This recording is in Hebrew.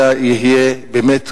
אלא יהיו באמת,